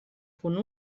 punt